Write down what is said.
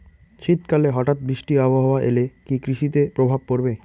শীত কালে হঠাৎ বৃষ্টি আবহাওয়া এলে কি কৃষি তে প্রভাব পড়বে?